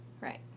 Right